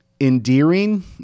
endearing